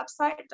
website